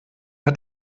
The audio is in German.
hat